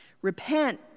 Repent